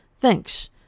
Thanks